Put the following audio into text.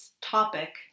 topic